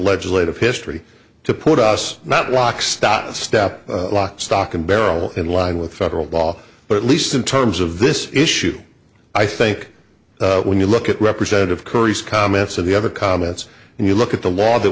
legislative history to put us not lock stock step lock stock and barrel in line with federal law but at least in terms of this issue i think when you look at representative curry's comments and the other comments and you look at the law that